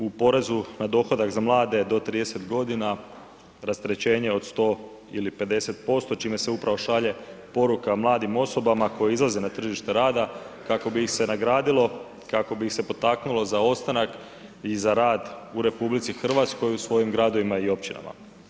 U porezu na dohodak za mlade do 30 godina, rasterećenje od 100 ili 50% čime se upravo šalje poruka mladim osobama koje izlaze na tržište rada kako bi ih se nagradilo, kako bi ih se potaknulo za ostanak i za rad u RH u svojim gradovima i općinama.